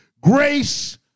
grace